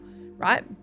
right